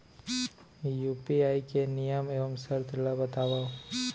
UPI के नियम एवं शर्त ला बतावव